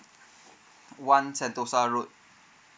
one sentosa road